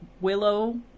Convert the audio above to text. Willow